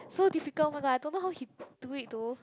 so difficult one lah I don't know how he do it it though